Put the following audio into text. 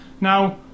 Now